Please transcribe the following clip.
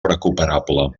recuperable